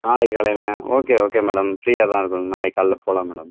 நாளைக்கு காலைலேயா okay okay madam ஃப்ரீயாக தான் இருக்கும் நாளைக்கு காலையில் போகலாம் மேடம்